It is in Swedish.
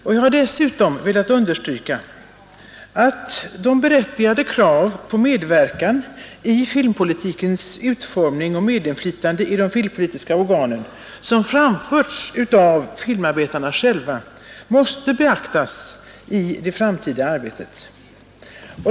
Jag har dessutom velat framhålla att de berättigade krav på medverkan i filmpolitikens utformning och medinflytande i de filmpolitiska organen som framförts av filmarbetarna själva måste beaktas i det framtida arbetet.